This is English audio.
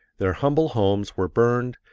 their humble homes were burned,